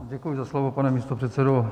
Děkuji za slovo, pane místopředsedo.